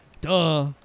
Duh